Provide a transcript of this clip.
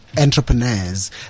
Entrepreneurs